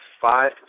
five